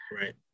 Right